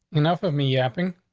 enough of me yapping.